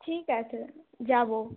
ঠিক আছে যাবো